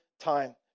time